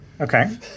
Okay